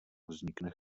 vznikne